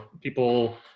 people